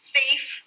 safe